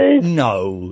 No